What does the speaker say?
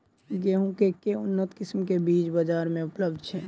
गेंहूँ केँ के उन्नत किसिम केँ बीज बजार मे उपलब्ध छैय?